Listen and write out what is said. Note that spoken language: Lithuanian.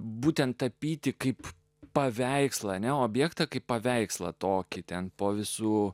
būtent tapyti kaip paveikslą ne objektą kaip paveikslą tokį ten po visų